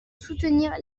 soutenir